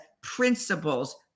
principles